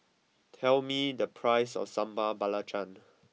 tell me the price of Sambal Belacan